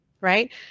right